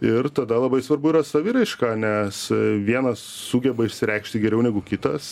ir tada labai svarbu yra saviraiška nes vienas sugeba išsireikšti geriau negu kitas